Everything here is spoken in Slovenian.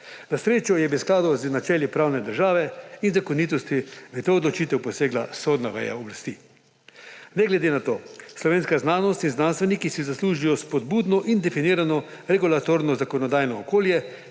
Na srečo je v skladu z načeli pravne države in zakonitosti v to odločitev posegla sodna veja oblasti. Slovenska znanost in znanstveniki si zaslužijo spodbudno in definirano regulatorno zakonodajno okolje,